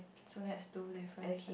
so that's two difference